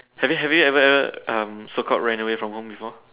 have you have you ever um so called ran away from home before